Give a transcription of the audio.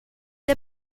the